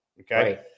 Okay